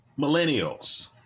millennials